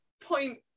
point